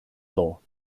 law